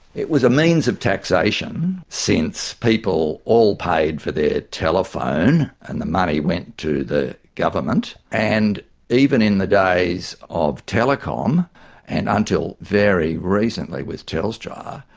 it was a means of taxation, since people all paid for their telephone and the money went to the government, and even in the days of telecom and until very recently with telstra,